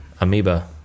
Amoeba